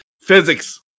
Physics